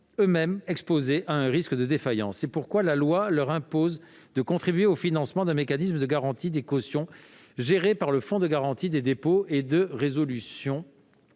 eux-mêmes exposés à un risque de défaillance. C'est pourquoi la loi leur impose de contribuer au financement d'un mécanisme de garantie des cautions géré par le Fonds de garantie des dépôts et de résolution